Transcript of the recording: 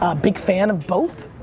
ah big fan of both.